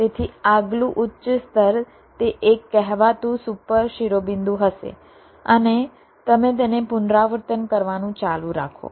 તેથી આગલું ઉચ્ચ સ્તર તે એક કહેવાતું સુપર શિરોબિંદુ હશે અને તમે તેને પુનરાવર્તન કરવાનું ચાલુ રાખો